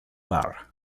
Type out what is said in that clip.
bar